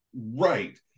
Right